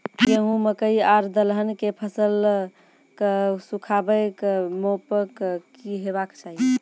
गेहूँ, मकई आर दलहन के फसलक सुखाबैक मापक की हेवाक चाही?